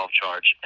charge